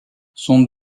son